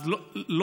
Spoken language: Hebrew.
אז לא,